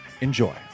enjoy